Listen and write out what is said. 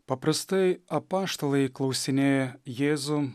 paprastai apaštalai klausinėja jėzų